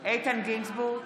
גינזבורג,